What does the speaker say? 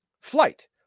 flight